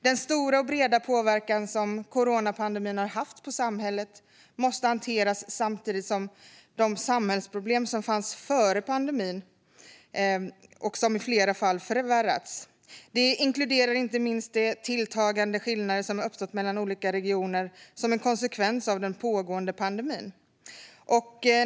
Den stora och breda påverkan som coronapandemin har haft på samhället måste hanteras samtidigt som de samhällsproblem som fanns före pandemin och som i flera fall förvärrats. Det inkluderar inte minst de tilltagande skillnader som har uppstått mellan olika regioner som en konsekvens av den pågående pandemin.